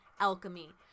alchemy